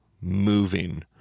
moving